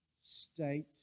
state